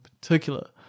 particular